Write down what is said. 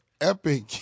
epic-